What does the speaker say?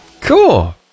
Cool